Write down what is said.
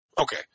Okay